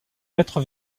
maître